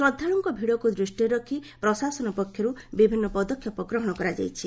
ଶ୍ରଦ୍ଧାଳୁଙ୍କ ଭିଡକୁ ଦୃଷ୍ଟିରେ ରଖି ପ୍ରଶାସନ ପକ୍ଷରୁ ବିଭିନ୍ନ ପଦକ୍ଷେପ ଗ୍ରହର କରାଯାଇଛି